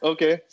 Okay